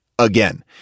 again